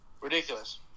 Ridiculous